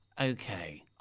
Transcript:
okay